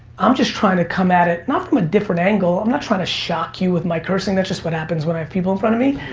i'm just trying to come at it, not from a different angle, i'm not trying to shock you with my cursing that's just what happens when i have people in front of me,